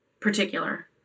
particular